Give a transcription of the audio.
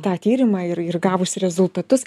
tą tyrimą ir ir gavus rezultatus